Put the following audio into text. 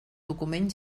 document